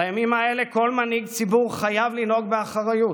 בימים האלה כל מנהיג ציבור חייב לנהוג באחריות,